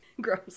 gross